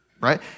right